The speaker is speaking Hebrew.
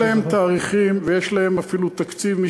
יש להם תאריכים, ויש להם אפילו תקציב.